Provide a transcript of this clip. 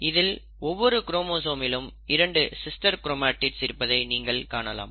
இதில் ஒவ்வொரு குரோமோசோமிலும் 2 சிஸ்டர் க்ரோமாடிட்ஸ் இருப்பதை நீங்கள் காணலாம்